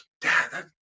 dad